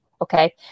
Okay